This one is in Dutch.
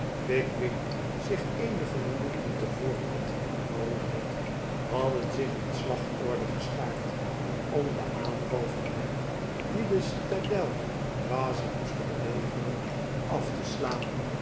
pickwick zich eenige minuten tevoren had verwonderd hadden zich in slagorde geschaard om den aanval van hen die de citadel kwasi moesten belegeren af te slaan